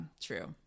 true